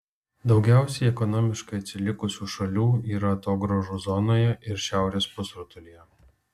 daugiausiai ekonomiškai atsilikusių šalių yra atogrąžų zonoje ir šiaurės pusrutulyje